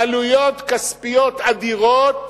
בעלויות כספיות אדירות